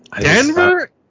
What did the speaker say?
Denver